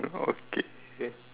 okay